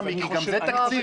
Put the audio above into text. מה, מיקי, גם זה תקציב?